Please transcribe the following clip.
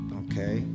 okay